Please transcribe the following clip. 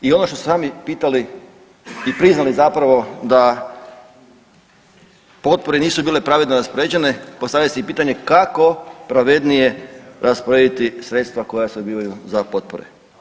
I ono što ste sami pitali i priznali zapravo da potpore nisu bile pravedno raspoređene, postavlja se pitanje kako pravednije rasporediti sredstva koja se dobivaju za potpore?